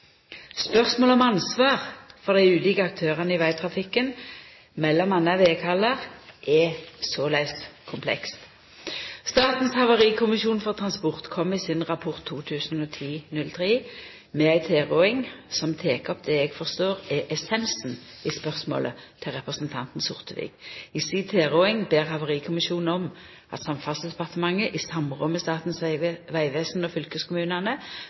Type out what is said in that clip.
Spørsmålet om ansvar for dei ulike aktørane i vegtrafikken, m.a. veghaldar, er såleis komplekst. Statens havarikommisjon for transport kom i sin rapport 2010/03 med ei tilråding som tek opp det eg forstår er essensen i spørsmålet til representanten Sortevik. I si tilråding ber Havarikommisjonen om at Samferdselsdepartementet i samråd med Statens vegvesen og